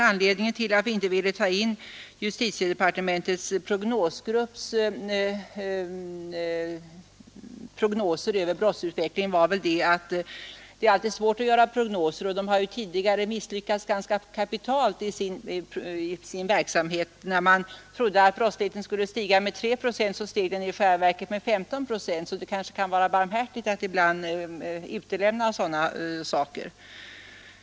Anledningen till att vi inte ville ta in justitiedepartementets prognosgrupps förutsägelser om brottsutvecklingen var att det ju alltid är svårt att göra prognoser och att gruppen tidigare har misslyckats ganska kapitalt i sin verksamhet. När den trodde att brottsligheten skulle stiga med 3 procent steg den i själva verket med 15 procent. Det kan ibland kanske vara barmhärtigt att utelämna sådana uppgifter.